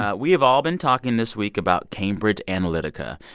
ah we have all been talking this week about cambridge analytica,